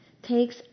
takes